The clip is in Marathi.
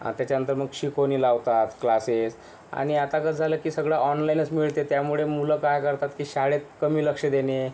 अन त्याच्यानंतर मग शिकवणी लावतात क्लासेस आणि आता कसं झालं की सगळं ऑनलाईनच मिळते त्यामुळे मुलं काय करतात की शाळेत कमी लक्ष देणे